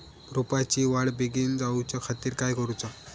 रोपाची वाढ बिगीन जाऊच्या खातीर काय करुचा?